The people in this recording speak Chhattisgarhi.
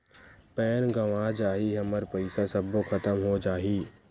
पैन गंवा जाही हमर पईसा सबो खतम हो जाही?